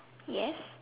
yes